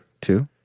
Two